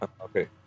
Okay